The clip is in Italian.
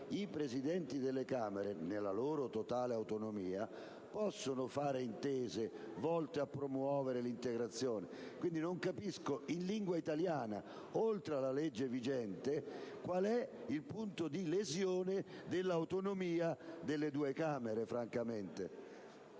i Presidenti delle Camere, nella loro totale autonomia, possono fare intese volte a promuovere l'integrazione. Quindi, francamente non capisco, in lingua italiana, oltre la legge vigente, quale sia il punto di lesione dell'autonomia delle due Camere.